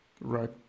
Right